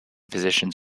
physicians